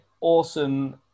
awesome